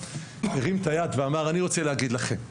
הרים את היד ואמר: אני רוצה להגיד לכם,